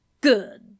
Good